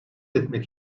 etmek